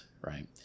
right